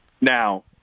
Now